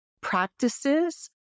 practices